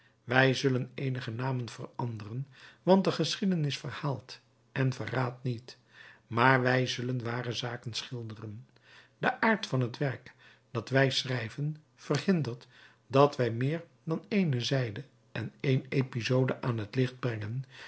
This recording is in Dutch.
wij zullen eenige namen veranderen want de geschiedenis verhaalt en verraadt niet maar wij zullen ware zaken schilderen de aard van het werk dat wij schrijven verhindert dat wij meer dan één zijde én één episode aan t licht brengen